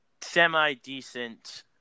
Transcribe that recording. semi-decent